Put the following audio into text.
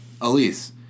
Elise